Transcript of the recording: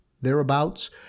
thereabouts